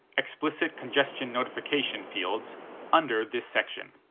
explicit congestion notification, fields under this section.